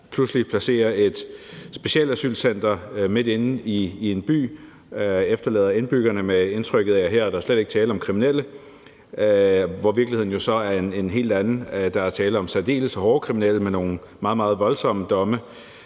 pludselig placerer et specialasylcenter midt inde i en by og efterlader indbyggerne med indtrykket af, at her er der slet ikke tale om kriminelle, hvor virkeligheden jo så er en helt anden. Der er tale om særdeles hårde kriminelle med nogle meget, meget voldsomme domme.